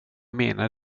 menade